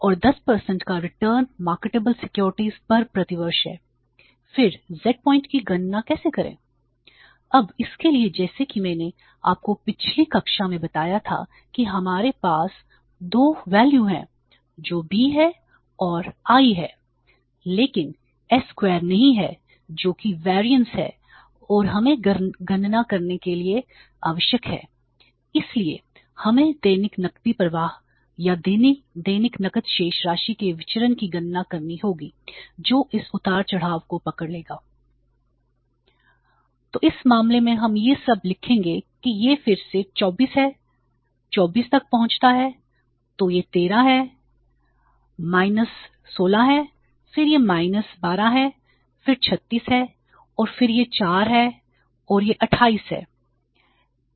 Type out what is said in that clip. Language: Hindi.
और 10 का रिटर्न मार्केटेबल सिक्योरिटीज राशि के विचरण की गणना करनी होगी जो इस उतार चढ़ाव को पकड़ लेगा तो इस मामले में हम यह सब लिखेंगे कि यह फिर से 24 है 24 तक पहुंचता है तो यह 13 है 16 है फिर यह 12 है फिर 36 है और फिर यह 4 है और यह 28 है